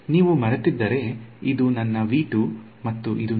ನೀವು ಮರೆತಿದ್ದರೆ ಇದು ನನ್ನ ಮತ್ತು ಇದು ನನ್ನ